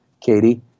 Katie